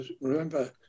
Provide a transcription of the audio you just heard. remember